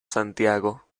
santiago